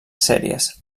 sèries